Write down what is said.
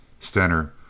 Stenner